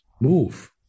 move